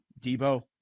Debo